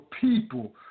people